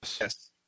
Yes